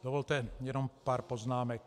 Dovolte jenom pár poznámek.